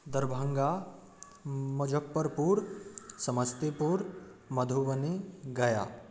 Darbhanga Muzaffarpur Samastipur Madhubani Gaya